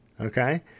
okay